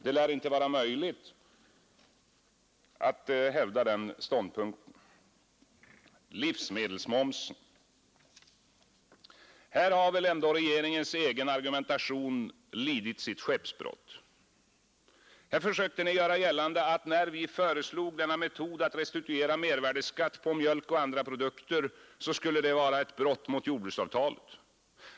Det lär inte vara möjligt att hävda den I fråga om livsmedelsmomsen har regeringens egen argumentation lidit skeppsbrott. När vi föreslog metoden att restituera mervärdeskatt på mjölk och andra produkter, försökte ni göra gällande att det skulle vara ett brott mot jordbruksavtalet.